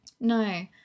No